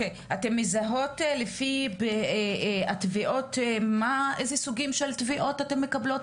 אתן מזהות לפי התביעות איזה סוגים של תביעות אתן מקבלות,